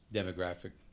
demographic